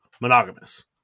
monogamous